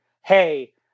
hey